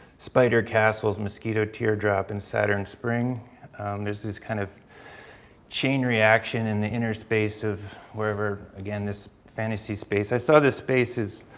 spider castles, mosquito teardrop and saturn spring there's this kind of chain reaction in the inner space of wherever, again, this fantasy space. i saw this space is,